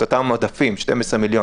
באותם עודפים של 12 מיליון.